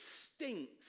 stinks